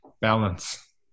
balance